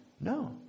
No